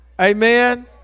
Amen